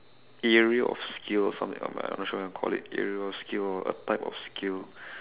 area of skill or something like that I'm not sure I want to call it area of skill or a type of skill